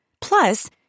Plus